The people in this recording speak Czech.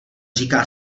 říká